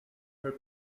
her